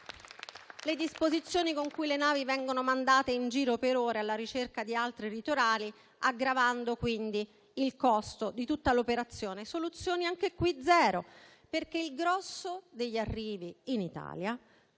le disposizioni con cui le navi vengono mandate in giro per ore, alla ricerca di altri litorali, aggravando quindi il costo di tutta l'operazione. Anche in questo caso non ci sono soluzioni, perché il grosso degli arrivi in Italia